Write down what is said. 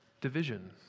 division